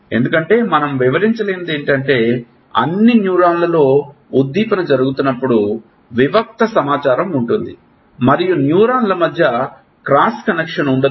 ఎందుకంటే మనం వివరించలేనిది ఏమిటంటే అన్ని న్యూరాన్లలో ఉద్దీపన జరుగుతున్నప్పుడు వివిక్త సమాచారం ఉంటుంది మరియు న్యూరాన్ల మధ్య క్రాస్ కనెక్షన్ ఉండదు